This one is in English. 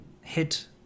hit